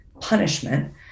punishment